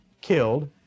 killed